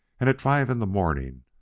and at five in the morning,